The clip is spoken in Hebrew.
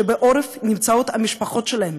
שבעורף נמצאות המשפחות שלהם,